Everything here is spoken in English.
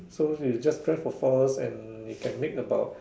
so you just drive for four hours and you can make about